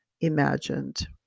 imagined